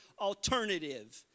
alternative